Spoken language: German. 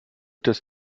das